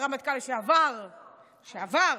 הרמטכ"ל לשעבר לשעבר,